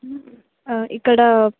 ఇక్కడా